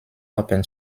open